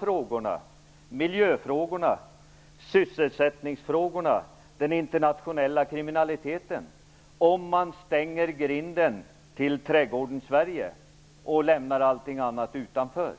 frågorna, miljöfrågorna, sysselsättningsfrågorna och den internationella kriminaliteten, om man stänger grinden till trädgården Sverige och lämnar allting annat utanför.